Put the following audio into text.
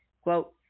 Quote